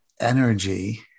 energy